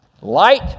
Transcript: Light